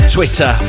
Twitter